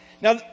Now